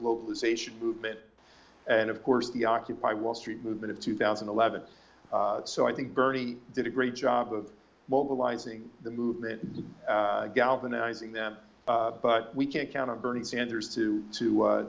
globalization movement and of course the occupy wall street movement of two thousand and eleven so i think bernie did a great job of mobilizing the movement and galvanizing them but we can't count on bernie sanders to to